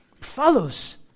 Follows